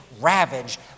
ravaged